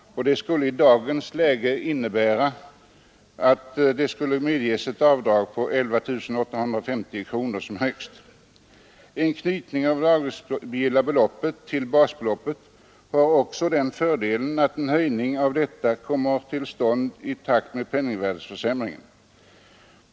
Det skulle i dagens läge innebära att avdrag om högst 11 850 kronor skulle medgivas. En knytning av det avdragsgilla beloppet till basbeloppet har också den fördelen att en höjning av detta kommer till stånd i takt med penningvärdeförsämringen.